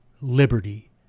liberty